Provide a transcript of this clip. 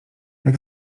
jak